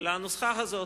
לנוסחה הזו,